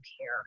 care